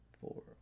four